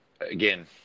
Again